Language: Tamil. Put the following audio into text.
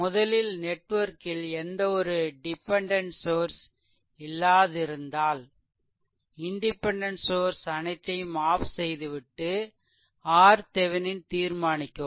முதலில் நெட்வொர்க்கில் எந்த ஒரு டிபெண்டென்ட் சோர்ஸ் இல்லாதிருந்தால் இன்டிபெண்டென்ட் சோர்ஸ் அனைத்தையும் ஆஃப் செய்துவிட்டு RThevenin தீர்மானிக்கவும்